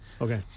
Okay